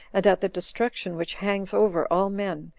and at the destruction which hangs over all men,